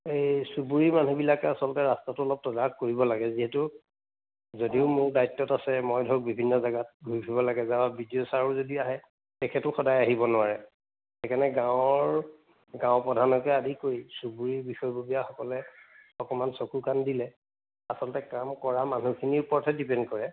এই চুবুৰী মানুহবিলাকে আচলতে ৰাস্তাটো অলপ তদাৰক কৰিব লাগে যিহেতু যদিও মোৰ দায়িত্বত আছে মই ধৰক বিভিন্ন জেগাত ঘূৰি ফুৰিব লাগে যাওঁ বিদ্যুৎ ছাৰো যদি আহে তেখেতো সদায় আহিব নোৱাৰে সেইকাৰণে গাঁৱৰ গাঁও প্ৰধানকে আদি কৰি চুবুৰীৰ বিষয়ববীয়াসকলে অকণমান চকু কাণ দিলে আচলতে কাম কৰা মানুহখিনিৰ ওপৰতহে ডিপেণ্ড কৰে